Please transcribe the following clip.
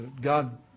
God